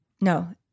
No